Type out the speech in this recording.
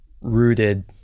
rooted